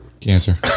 Cancer